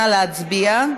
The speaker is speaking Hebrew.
נא להצביע.